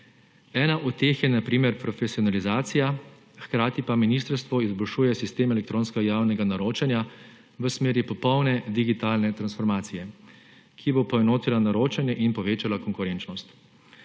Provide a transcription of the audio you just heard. Ena od teh je na primer profesionalizacija, hkrati pa ministrstvo izboljšuje sistem elektronskega javnega naročanja v smeri popolne digitalne transformacije, ki bo poenotila naročanje in povečala konkurenčnost.